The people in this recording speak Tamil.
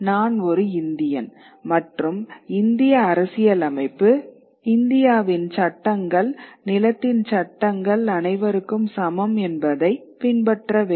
நான் ஒரு இந்தியன் மற்றும் இந்திய அரசியலமைப்பு இந்தியாவின் சட்டங்கள் நிலத்தின் சட்டங்கள் அனைவருக்கும் சமம் என்பதை பின்பற்ற வேண்டும்